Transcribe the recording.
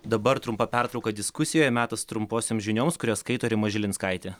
dabar trumpa pertrauka diskusijoj metas trumposioms žinioms kurias skaito rima žilinskaitė